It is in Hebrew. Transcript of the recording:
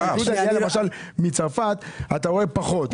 למשל מצרפת אתה רואה פחות.